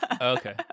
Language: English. Okay